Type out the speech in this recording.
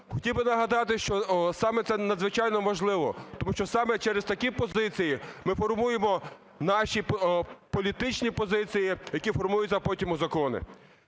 Хотів би нагадати, що саме це надзвичайно важливо, тому що саме через такі позиції ми формуємо наші політичні позиції, які формуються потім у закони.